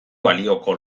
balioko